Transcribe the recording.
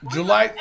July